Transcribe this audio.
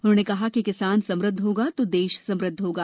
उन्होंने कहा कि किसान समृद्ध होगा तो देश समृद्ध होगा